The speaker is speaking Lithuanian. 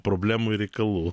problemų ir reikalų